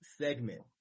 segment